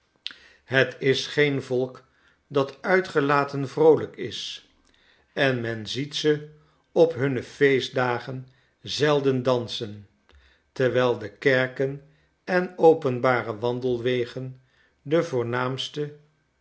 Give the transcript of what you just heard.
het is geen volk dat uitgelaten vroolijkis en men ziet ze op hunne feestdagen zelden dansen terwtfl de kerken en openbare wandelwegen de